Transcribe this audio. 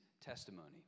testimony